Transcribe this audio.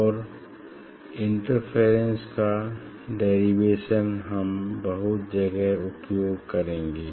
और इंटरफेरेंस का डेरिवेशन हम बहुत जगह उपयोग करेंगे